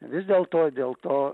vis dėlto dėl to